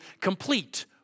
complete